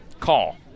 call